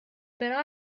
però